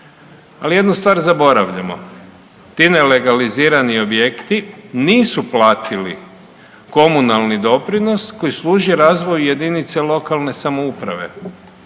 Ali jednu stvar zaboravljamo, ti nelegalizirani objekti nisu platili komunalni doprinos koji služi razvoju JLS koja je morala